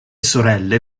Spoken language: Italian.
sorelle